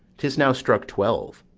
tis now struck twelve.